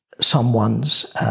someone's